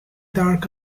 dark